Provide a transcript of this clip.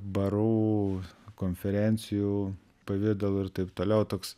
barų konferencijų pavidalu ir taip toliau toks